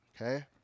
okay